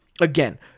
again